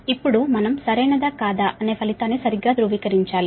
ఇప్పుడు మనం సరైనదా కాదా అనే ఫలితాన్ని సరిగ్గా ధృవీకరించాలి